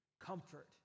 comfort